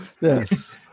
Yes